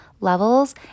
levels